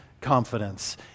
confidence